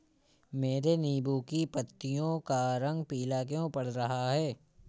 मेरे नींबू की पत्तियों का रंग पीला क्यो पड़ रहा है?